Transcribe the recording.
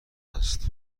است